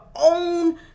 own